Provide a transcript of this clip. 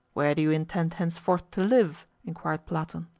where do you intend henceforth to live? inquired platon.